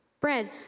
bread